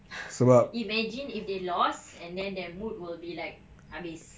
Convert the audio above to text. imagine if they lost and then their mood will be like habis